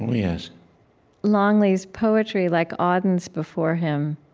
yes longley's poetry, like auden's before him,